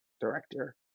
director